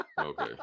Okay